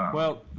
well,